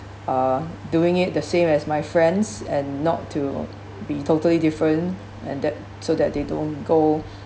uh doing it the same as my friends and not to be totally different and that so that they don't go